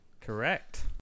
Correct